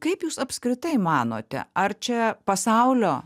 kaip jūs apskritai manote ar čia pasaulio